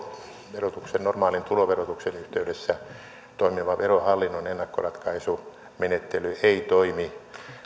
normaalin tuloverotuksen yhteydessä toimiva verohallinnon ennakkoratkaisumenettely ei toimi